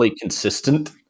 consistent